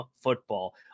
football